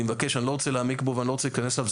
אני מבקש: אני לא רוצה להעמיק בו ואני לא רוצה להיכנס אליו.